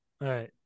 Right